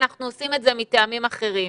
אנחנו עושים את זה מטעמים אחרים.